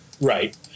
Right